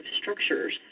structures